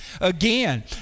again